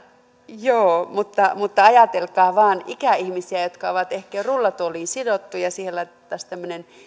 joo mutta mutta ajatelkaa vain ikäihmisiä jotka ovat ehkä jo rullatuoliin sidottuja ja siihen laitettaisiin tämmöinen